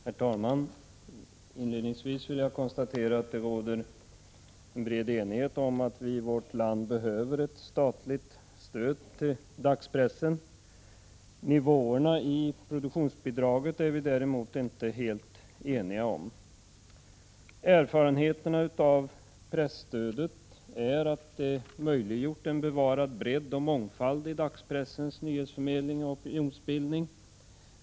Herr talman! Inledningsvis vill jag konstatera att det råder en bred enighet om att vi i vårt land behöver ett statligt stöd till dagspressen. Nivåerna i produktionsbidraget är vi däremot inte helt eniga om. Erfarenheterna av presstödet är att det möjliggjort en bevarad bredd och mångfald i dagspressens nyhetsförmedling och opinionsbildning.